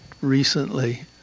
recently